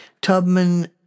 Tubman